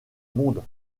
monde